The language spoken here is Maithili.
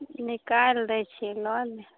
अच्छा निकालि दै छी लऽ लेब